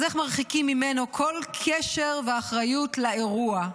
אז איך מרחיקים ממנו כל קשר ואחריות לאירוע.